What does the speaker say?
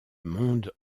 monde